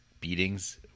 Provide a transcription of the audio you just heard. beatings